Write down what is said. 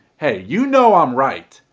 hey, you know i'm right.